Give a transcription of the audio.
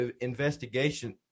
investigation